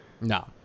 No